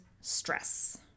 stress